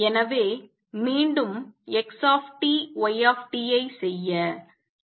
எனவே மீண்டும் X Y ஐ செய்ய